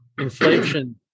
inflation